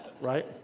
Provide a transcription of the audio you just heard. right